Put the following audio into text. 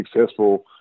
successful